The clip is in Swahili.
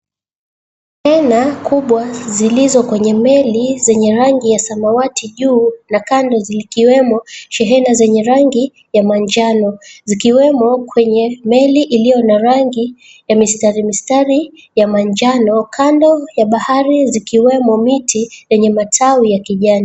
Shehena kubwa zilizo kwenye meli zenye rangi ya samawati juu na kando zikiwemo shehena zenye rangi ya manjano. Zikiwemo kwenye meli iliyo na rangi ya mistari mistari ya manjano. Kando ya bahari zikiwemo miti yenye matawi ya kijani.